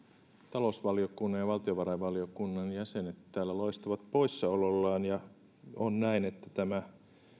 talousvaliokunnan ja valtiovarainvaliokunnan jäsenet täällä loistavat poissaolollaan ja on näin että tämä